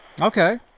okay